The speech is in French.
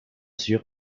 sûr